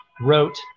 wrote